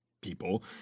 people